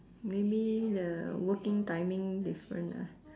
maybe the working timing different ah